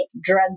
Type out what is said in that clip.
drug